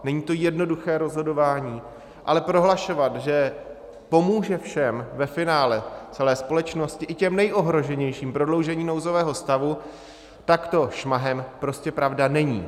Není to jednoduché rozhodování, ale prohlašovat, že pomůže všem ve finále, celé společnosti, i těm nejohroženějším prodloužení nouzového stavu takto šmahem, prostě pravda není.